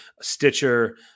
Stitcher